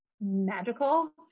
magical